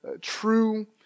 True